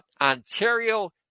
Ontario